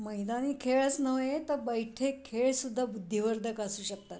मैदानी खेळच नव्हे तर बैठे खेळसुद्धा बुद्धिवर्धक असू शकतात